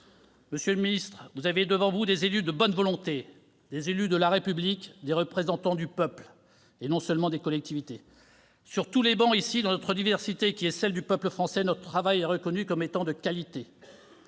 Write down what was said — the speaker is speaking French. Monsieur le ministre, vous avez devant vous des élus de bonne volonté, des élus de la République, des représentants du peuple, et non pas seulement des collectivités. Sur toutes les travées, dans notre diversité qui est celle du peuple français, notre travail est reconnu comme étant de qualité.